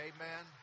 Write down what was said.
Amen